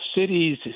cities